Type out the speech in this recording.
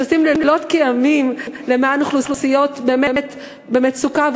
שעושים לילות כימים למען אוכלוסיות באמת במצוקה,